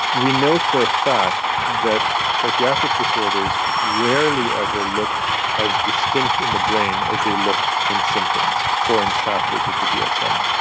we know for a fact that psychiatric disorders rarely ever look as distinct in the brain as they look in symptoms or in chapters of the dsm.